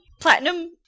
platinum